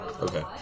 Okay